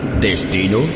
Destino